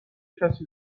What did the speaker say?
کسی